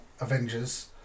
Avengers